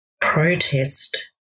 protest